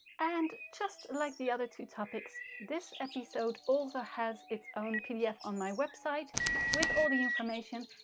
and just like the other two topics, this episode also has its own pdf on my website with all the information,